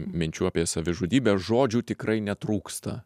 minčių apie savižudybę žodžių tikrai netrūksta